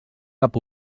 cap